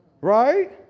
Right